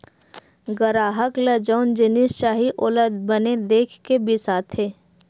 गराहक ल जउन जिनिस चाही ओला बने देख के बिसाथे